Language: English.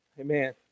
Amen